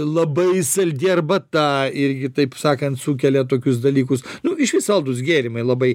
labai saldi arbata irgi taip sakant sukelia tokius dalykus nu išvis saldūs gėrimai labai